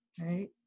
right